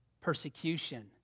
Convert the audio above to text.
persecution